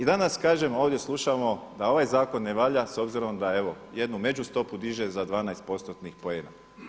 I danas kažem, ovdje slušamo da ovaj zakon ne valja s obzirom da evo, jednu međustopu diže za 12%-nih poena.